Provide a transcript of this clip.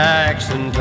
Jackson